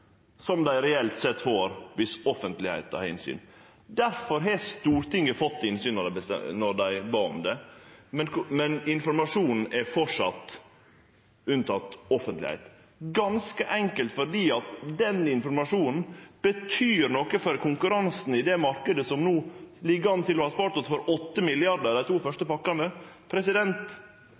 som dei reelt sett får om offentlegheita har innsyn. Difor har Stortinget fått innsyn då dei bad om det, men informasjonen er framleis ikkje offentleg, ganske enkelt fordi den informasjonen betyr noko for konkurransen i den marknaden som no ligg an til å ha spart oss for 8 mrd. kr i dei to første